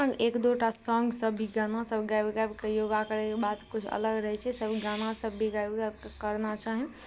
एक दुटा सॉन्ग सभ भी गाना सभ गाबि गाबि कऽ योगा करैक बात कुछ अलग रहै छै सभ गाना सभ भी गाबि गाबि कऽ करना चाही